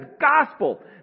gospel